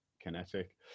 Kinetic